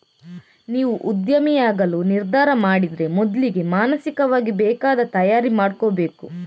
ನೀವು ಉದ್ಯಮಿಯಾಗಲು ನಿರ್ಧಾರ ಮಾಡಿದ್ರೆ ಮೊದ್ಲಿಗೆ ಮಾನಸಿಕವಾಗಿ ಬೇಕಾದ ತಯಾರಿ ಮಾಡ್ಕೋಬೇಕು